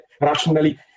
rationally